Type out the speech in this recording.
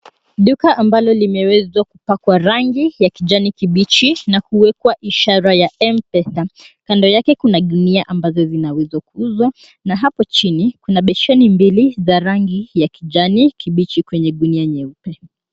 Duka ambalo limewezwa kupakwa rangi ya kijani kibichi na kuwekwa ishara ya M-PESA. Kando yake kuna gunia ambazo zinaweza kuuzwa na hapo chini kuna besheni mbili za rangi ya kijani kibichi kwenye gunia nyeupe.